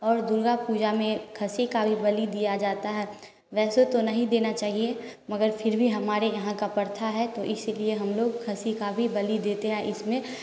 और दुर्गा पूजा में खसी का भी बलि दिया जाता है वैसे तो नहीं देना चाहिए मगर फिर भी हमारे यहाँ का प्रथा है तो इसीलिए हम लोग खसी का भी बलि देते हैं इसमें